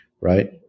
right